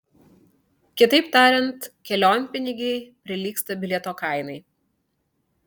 kitaip tariant kelionpinigiai prilygsta bilieto kainai